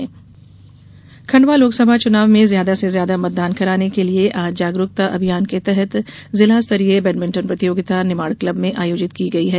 मतदाता जागरूकता खण्डवा लोकसभा चुनाव में ज्यादा से ज्यादा मतदान कराने के लिए आज जागरूकता अभियान के तहत जिला स्तरीय बेडमिंटन प्रतियोगिता निमाड़ क्लब में आयोजित की गई है